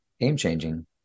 game-changing